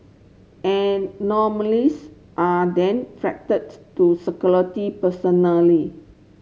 anomalies are then to personally